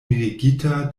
mirigita